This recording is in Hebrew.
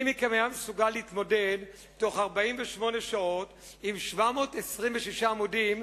מי מכם היה מסוגל להתמודד בתוך 48 שעות עם 726 עמודים,